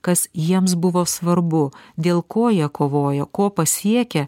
kas jiems buvo svarbu dėl ko jie kovojo ko pasiekė